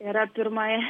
yra pirmai